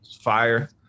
Fire